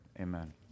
Amen